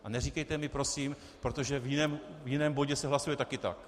A neříkejte mi prosím, protože v jiném bodě se hlasuje také tak.